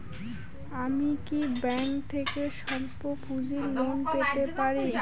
আমি কি ব্যাংক থেকে স্বল্প পুঁজির লোন পেতে পারি?